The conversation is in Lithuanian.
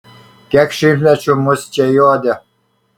kiek šimtmečių mus čia jodė